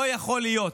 לא יכול להיות.